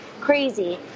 crazy